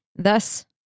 Thus